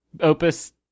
opus